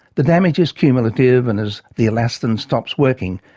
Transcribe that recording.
the damage is cumulative and, as the elastin stops working,